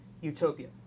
utopia